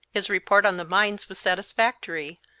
his report on the mines was satisfactory,